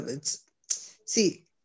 See